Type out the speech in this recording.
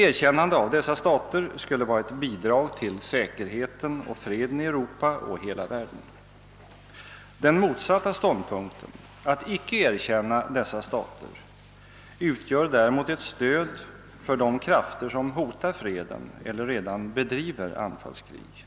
Erkännande av dessa stater skulle vara ett bidrag till säkerheten och freden i Europa och i hela världen. Den motsatta ståndpunkten, att inte erkänna dessa stater, utgör däremot ett stöd för de krafter som hotar freden eller redan bedriver anfallskrig.